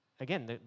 again